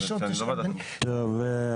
טוב.